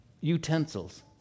Utensils